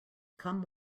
come